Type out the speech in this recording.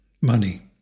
money